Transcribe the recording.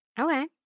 Okay